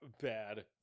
bad